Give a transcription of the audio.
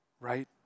right